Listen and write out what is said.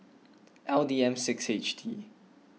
L D M six H T